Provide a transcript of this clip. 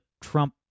Trump